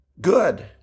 good